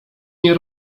nie